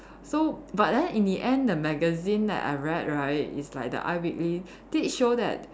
so but then in the end the magazine that I read right is like the i-Weekly did show that